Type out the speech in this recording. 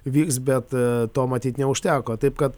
vyks bet to matyt neužteko taip kad